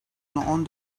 onu